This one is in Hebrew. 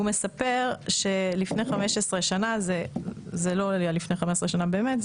והוא מספר שלפני 15 שנה זה לא היה לפני 15 שנה באמת,